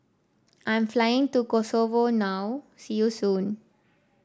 I'm flying to Kosovo now see you soon